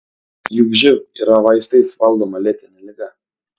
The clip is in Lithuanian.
juk živ yra vaistais valdoma lėtinė liga